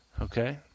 okay